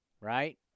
Right